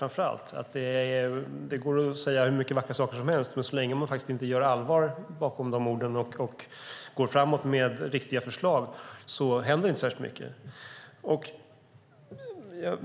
Det går att säga hur många vackra saker som helst, men så länge man inte gör allvar av de orden och går fram med riktiga förslag händer inte särskilt mycket.